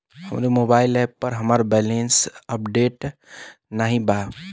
हमरे mobile app पर हमार बैलैंस अपडेट नाई बा